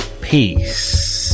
Peace